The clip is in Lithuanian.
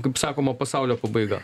kaip sakoma pasaulio pabaiga